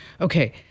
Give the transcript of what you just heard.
Okay